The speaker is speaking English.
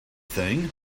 thing